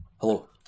Hello